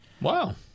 Wow